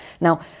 Now